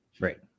Right